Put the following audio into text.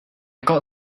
got